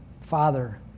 Father